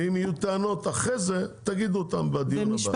ואם יהיו טענות אחרי זה תגידו אותם בדיון הבא.